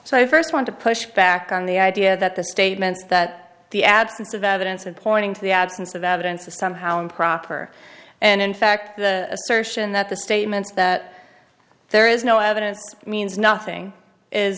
so first want to push back on the idea that the statements that the absence of evidence and pointing to the absence of evidence of somehow improper and in fact the assertion that the statements that there is no evidence means nothing is